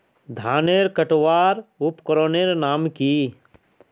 धानेर कटवार उपकरनेर नाम की?